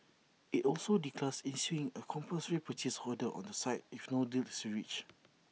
IT also did class issuing A compulsory purchase order on the site if no deal is reached